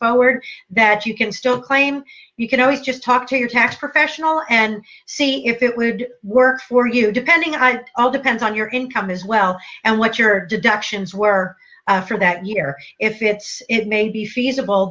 forward that you can still claim you can always just talk to your tax professional and see if it would work for you depending i all depends on your income as well and what your deductions were after that year if it's it may be feasible